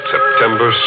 September